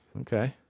Okay